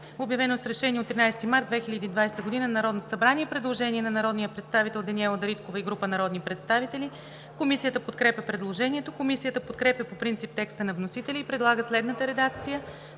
обявено с решение от 13 март 2020 г. на Народното събрание“.“ Предложение от народния представител Даниела Дариткова и група народни представители. Комисията подкрепя предложението. Комисията подкрепя по принцип текста на вносителя и предлага следната редакция